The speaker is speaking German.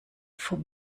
vom